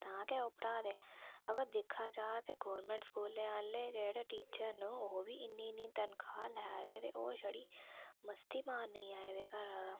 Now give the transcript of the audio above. तां गै ओ पढ़ा दे हां बा दिक्खा जा ते गोरमैंट स्कूलें आह्ले जेह्ड़े टीचर न ओह् बी इन्नी इन्नी तनखाह् लै दे ते ओ शड़ी मस्ती मारने गी आए दे घरा दा